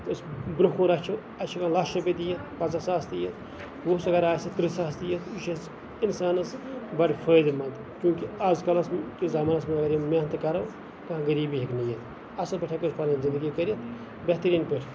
برونٛہہ کُن رَچھَو اَسہِ چھُ ہیٚکان لچھ رۄپیہِ تہِ یِتھ پَنژاہ ساس تہِ یِتھ ووژھ اَگَر آسہِ ترٕہ ساس تہِ یِتھ یہِ چھُ اَسہِ اِنسانَس بَڑٕ فٲیدٕ مَنٛد کیوںکہِ آزکَلَس کِس زَمانَس مَنٛز اَگَر یِم محنَت کَرَو کانٛہہ غریٖبی ہیٚکہِ نہٕ یِتھ اَصل پٲٹھۍ ہیٚکو أسۍ پَنٕنۍ زِندَگی کٔرِتھ بہتریٖن پٲٹھۍ